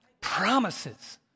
promises